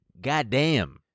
Goddamn